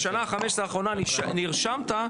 בשנה ה-15 האחרונה נרשמת,